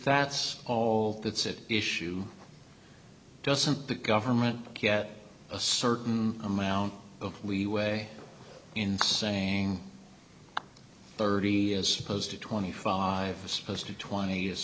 that's all that's it issue doesn't the government get a certain amount of leeway in saying thirty as opposed to twenty five dollars supposed to twenty is